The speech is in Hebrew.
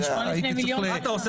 אתה יודע,